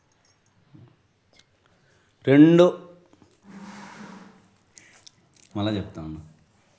రెండు మార్కెట్లు మధ్య మధ్యవర్తిగా ఉండి అమ్మించడాన్ని ఆర్బిట్రేజ్ అంటారు